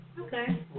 Okay